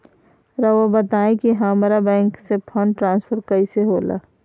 राउआ बताओ कि हामारा बैंक से फंड ट्रांसफर कैसे होला?